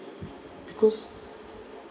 because